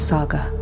Saga